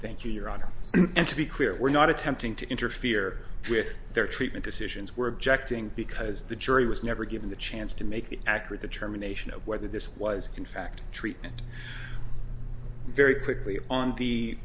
honor and to be clear were not attempting to interfere with their treatment decisions were objecting because the jury was never given the chance to make an accurate determination of whether this was in fact treatment very quickly on the